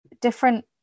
different